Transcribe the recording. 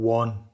one